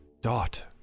Dot